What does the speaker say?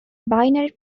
binary